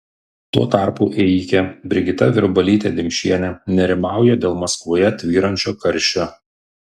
tuo tarpu ėjikė brigita virbalytė dimšienė nerimauja dėl maskvoje tvyrančio karščio